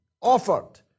offered